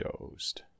dozed